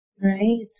Right